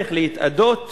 והדרך להתאדוֹת